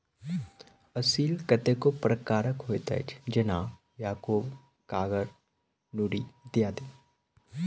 असील कतेको प्रकारक होइत अछि, जेना याकूब, कागर, नूरी इत्यादि